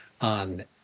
on